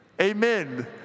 Amen